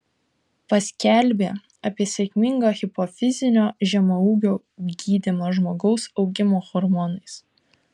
paskelbė apie sėkmingą hipofizinio žemaūgio gydymą žmogaus augimo hormonais